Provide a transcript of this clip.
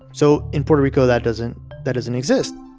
so in puerto rico, that doesn't that doesn't exist